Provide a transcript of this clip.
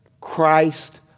Christ